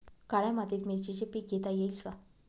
काळ्या मातीत मिरचीचे पीक घेता येईल का?